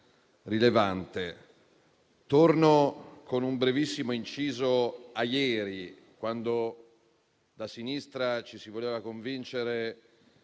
rilevante. Torno con un brevissimo inciso a ieri, quando da sinistra ci si voleva convincere